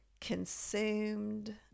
consumed